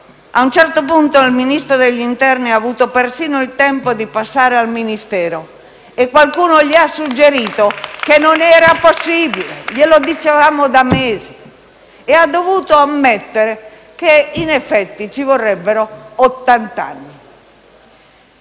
a un certo punto il Ministro dell'interno ha avuto persino il tempo di passare al Ministero e qualcuno gli ha suggerito che non era possibile - glielo dicevamo da mesi - e ha dovuto ammettere che in effetti ci vorrebbero ottant'anni.